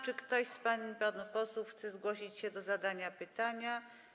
Czy ktoś z pań i panów posłów chce zgłosić się do zadania pytania?